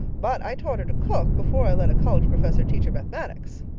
but i taught her to cook before i let a college professor teach her mathematics.